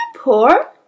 poor